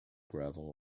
gravel